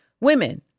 women